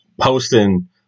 posting